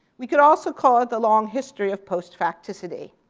we could also call it the long history of post-facticity.